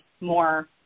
more